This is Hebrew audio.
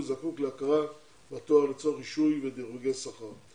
וזקוק להכרת התואר לצורך רישוי ודירוג שכר.